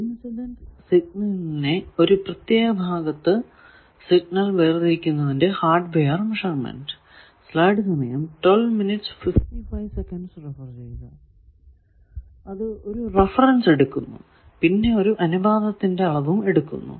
incident സിഗ്നലിന്റെ ഒരു പ്രത്യേക ഭാഗത്തു സിഗ്നൽ വേർതിരിക്കുന്നതിന്റെ ഹാർഡ്വെയർ മെഷർമെൻറ് ആണ് ഇനി പറയുക അത് ഒരു റഫറൻസ് എടുക്കുന്നു പിന്നെ ഒരു അനുപാതത്തിന്റെ അളവും എടുക്കുന്നു